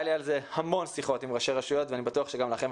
היו לי על זה המון שיחות עם ראשי רשויות ואני בטוח שגם לכם,